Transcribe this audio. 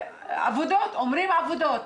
אומרים עבודות.